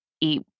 eat